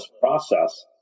process